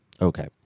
Okay